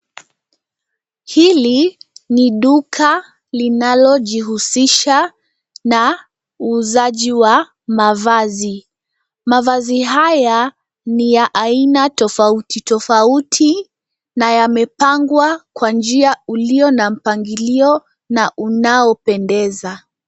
Hili ni duka linalojihusisha na uuzaji wa mavazi. Mavazi haya ni ya aina tofauti tofauti na yamepangwa kwa njia ulio na mpangilio na unaopendeza.